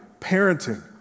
parenting